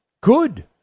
Good